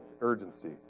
urgency